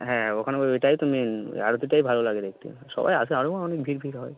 হ্যাঁ ওখানে ওটাই তো মেন আরতিটাই ভালো লাগে দেখতে সবাই আসে আরও অনেক ভিড় ফিড় হয়